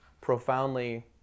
profoundly